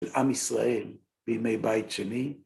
לעם ישראל בימי בית שני.